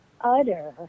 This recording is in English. utter